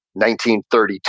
1932